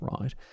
right